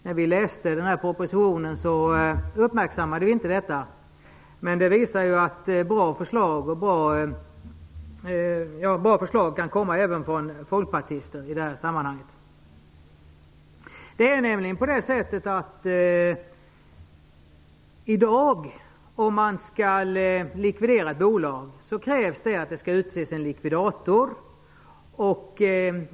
När vi läste propositionen uppmärksammade vi inte denna, men motionen visar att det kan komma bra förslag även från folkpartister i detta sammanhang. Om man i dag skall likvidera ett bolag, krävs att det skall utses en likvidator.